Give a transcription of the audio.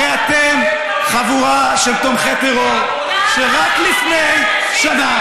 הרי אתם חבורה של תומכי טרור שרק לפני שנה,